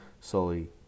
slowly